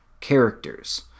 characters